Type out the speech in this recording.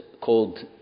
called